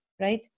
right